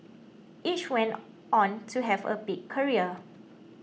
each went on to have a big career